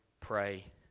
pray